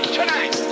tonight